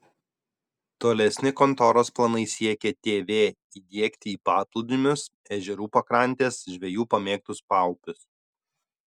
tolesni kontoros planai siekė tv įdiegti į paplūdimius ežerų pakrantes žvejų pamėgtus paupius